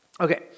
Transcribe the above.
Okay